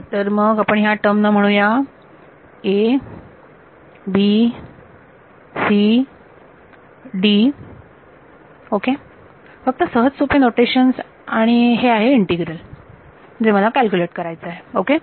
चला तर मग आपण ह्या टर्म ना म्हणू या a b c d okay फक्त सहजसोपे नोटेशन्स आणि हे आहे इंटीग्रल जे मला कॅल्क्युलेट करायचं आहे ओके